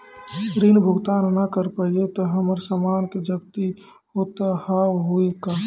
ऋण भुगतान ना करऽ पहिए तह हमर समान के जब्ती होता हाव हई का?